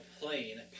plane